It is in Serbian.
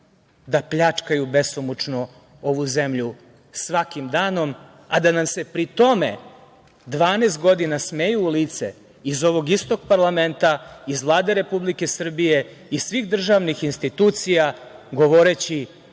da pljačkaju besomučno ovu zemlju svakim danom, a da nam se pri tome 12 godina smeju u lice iz ovog istog parlamenta, iz Vlade Republike Srbije, iz svih državnih institucija, govoreći